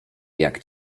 jak